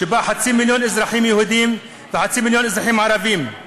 שבה חצי מיליון אזרחים יהודים וחצי מיליון אזרחים ערבים,